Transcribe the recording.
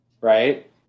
Right